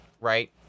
right